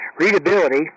Readability